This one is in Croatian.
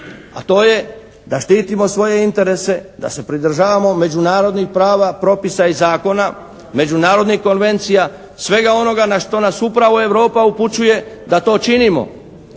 a to je da štitimo svoje interese, da se pridržavamo međunarodnih prava, propisa i zakona, međunarodnih konvencija, svega onoga na što nas upravo Europa upućuje da to činimo.